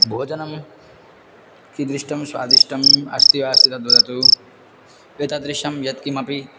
भोजनं कीदृशं स्वादिष्टम् अस्ति वा अस्ति तद्वदतु एतादृशं यत्किमपि